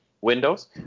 windows